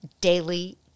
daily